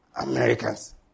Americans